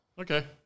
Okay